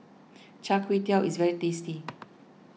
Char Kway Teow is very tasty